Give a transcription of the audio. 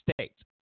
States